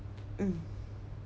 mm